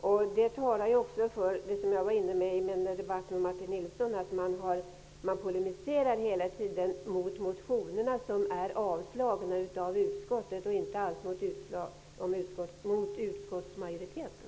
För detta talar också det som jag var inne på i debatten med Martin Nilsson, att man hela tiden polemiserar mot motionerna, som är avstyrkta av utskottet, och inte alls mot utskottsmajoriteten.